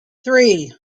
three